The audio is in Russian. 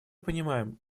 понимаем